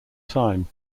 time